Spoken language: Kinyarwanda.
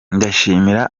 ndashimira